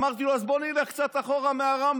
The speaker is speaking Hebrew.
אמרתי לו, אז בוא נלך קצת אחורה מהרמב"ם.